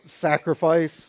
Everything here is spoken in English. sacrifice